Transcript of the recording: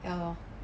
ya lor